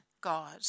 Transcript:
God